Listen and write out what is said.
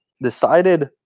decided